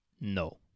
no